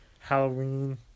Halloween